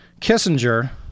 Kissinger